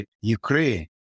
Ukraine